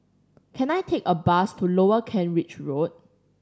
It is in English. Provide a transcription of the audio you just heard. can I take a bus to Lower Kent Ridge Road